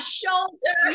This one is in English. shoulder